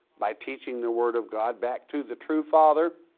by teaching the word of god back to the true father,